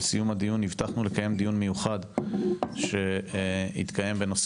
בסיום הדיון הבטחנו לקיים דיון מיוחד שיתקיים בנושא